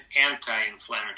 anti-inflammatory